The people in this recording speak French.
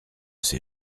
ses